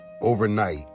overnight